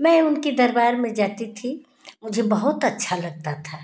मैं उनके दरबार में जाती थी मुझे बहुत अच्छा लगता था